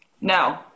No